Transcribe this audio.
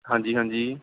ਹਾਂਜੀ ਹਾਂਜੀ